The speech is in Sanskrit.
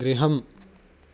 गृहम्